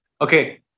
okay